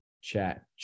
chat